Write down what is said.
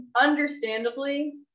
understandably